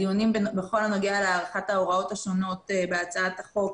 הדיונים בכל הנוגע להארכת ההוראות השונות בהצעת החוק